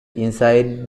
inside